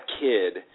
kid